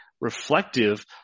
reflective